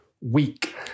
week